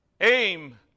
aim